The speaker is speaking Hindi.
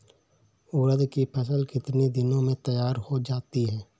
उड़द की फसल कितनी दिनों में तैयार हो जाती है?